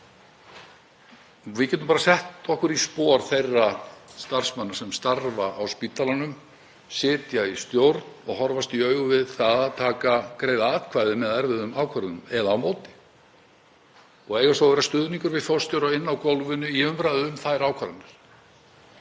Við getum sett okkur í spor þeirra starfsmanna sem starfa á spítalanum, sitja í stjórn og horfast í augu við það að þurfa að greiða atkvæði með erfiðum ákvörðunum eða á móti og eiga svo að vera stuðningur við forstjóra á gólfinu í umræðu um þær ákvarðanir.